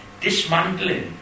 dismantling